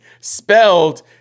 spelled